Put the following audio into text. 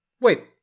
Wait